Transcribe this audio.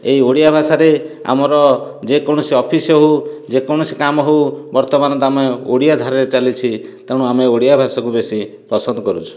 ଏହି ଓଡ଼ିଆ ଭାଷାରେ ଆମର ଯେକୌଣସି ଅଫିସ ହେଉ ଯେକୌଣସି କାମ ହେଉ ବର୍ତ୍ତମାନ ତ ଆମେ ଓଡ଼ିଆ ଧାରାରେ ଚାଲିଛି ତେଣୁ ଆମେ ଓଡ଼ିଆ ଭାଷାକୁ ବେଶୀ ପସନ୍ଦ କରୁଛୁ